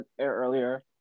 earlier